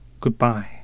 Goodbye